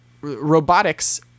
robotics